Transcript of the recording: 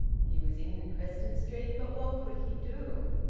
he was in preston street, but what could he do?